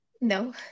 No